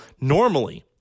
normally